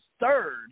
third